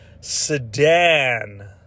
Sedan